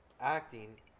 acting